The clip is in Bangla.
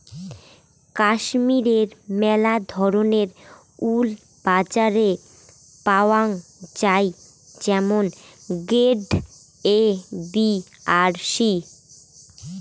কাশ্মীরের মেলা ধরণের উল বাজারে পাওয়াঙ যাই যেমন গ্রেড এ, বি আর সি